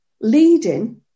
leading